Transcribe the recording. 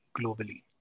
globally